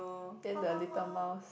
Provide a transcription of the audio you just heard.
then the little mouse